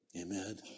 amen